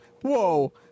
whoa